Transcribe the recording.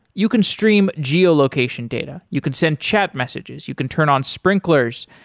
you can stream geo-location data, you can send chat messages, you can turn on sprinklers,